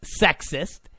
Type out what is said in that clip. sexist